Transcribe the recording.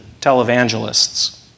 televangelists